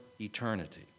eternity